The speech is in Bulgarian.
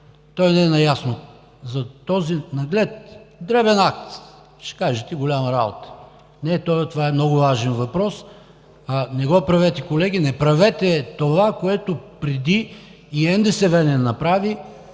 той не е наясно. За този наглед дребен акт ще кажете: голяма работа. Не, това е много важен въпрос. Не го правете, колеги. Не правете това, което преди и НДСВ не направи,